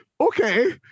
okay